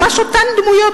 ממש אותן דמויות,